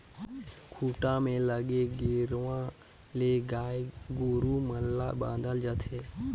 खूंटा में लगे गेरवा ले गाय गोरु मन ल बांधल जाथे